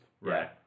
Right